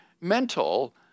mental